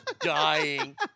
dying